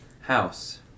House